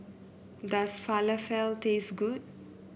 does Falafel taste good